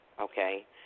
Okay